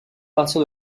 partir